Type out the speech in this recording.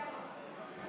(קוראת בשמות חברי הכנסת)